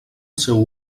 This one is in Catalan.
seu